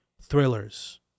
thrillers